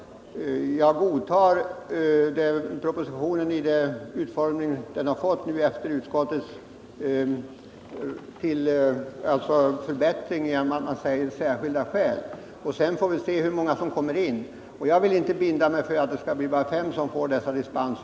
Jag godtar i det fallet propositionen med de förbättringar den har fått under utskottsbehandlingen — det talas nu om ”särskilda skäl” för dispens. Sedan får vi se hur många som kommer in under den bestämmelsen. Jag vill inte binda mig för att det skall bli bara fem företag som får dispens.